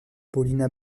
paulina